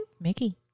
Mickey